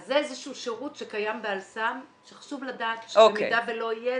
אז זה איזשהו שירות שקיים ב"אל סם" שחשוב לדעת שבמידה ולא יהיה,